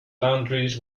boundaries